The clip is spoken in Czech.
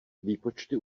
výpočty